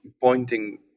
pointing